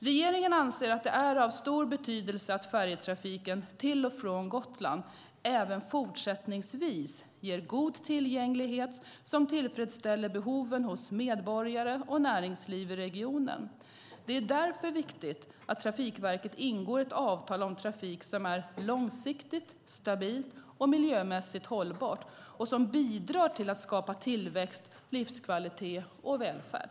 Regeringen anser att det är av stor betydelse att färjetrafiken till och från Gotland även fortsättningsvis ger god tillgänglighet som tillfredsställer behoven hos medborgare och näringsliv i regionen. Det är därför viktigt att Trafikverket ingår ett avtal om trafik som är långsiktigt, stabilt och miljömässigt hållbart och som bidrar till att skapa tillväxt, livskvalitet och välfärd.